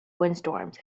windstorms